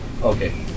Okay